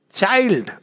child